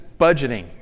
budgeting